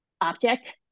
object